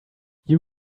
you